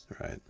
Right